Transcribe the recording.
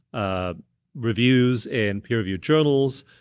ah reviews in peer-reviewed journals,